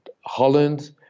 Holland